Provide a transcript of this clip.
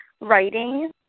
writing